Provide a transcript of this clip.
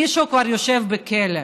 מישהו כבר יושב בכלא.